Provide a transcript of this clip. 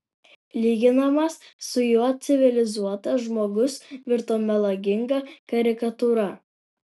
lyginamas su juo civilizuotas žmogus virto melaginga karikatūra